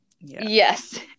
yes